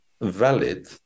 valid